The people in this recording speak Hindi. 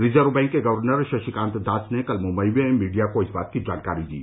रिजर्व बैंक के गवर्नर शक्तिकांत दास ने कल मुंबई में मीडिया को इसकी जानकारी दी